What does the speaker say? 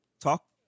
talk